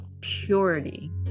purity